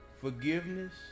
Forgiveness